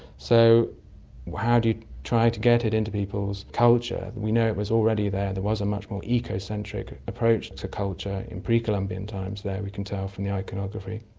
so how do you try to get it into people's culture? we know it was already there, there was a much more eco-centric approach to culture in pre-columbian times there, we can tell from the iconography.